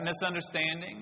misunderstanding